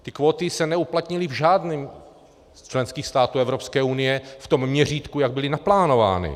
Ty kvóty se neuplatnily v žádném ze členských států Evropské unie v tom měřítku, jak byly naplánovány.